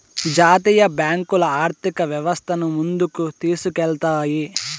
జాతీయ బ్యాంకులు ఆర్థిక వ్యవస్థను ముందుకు తీసుకెళ్తాయి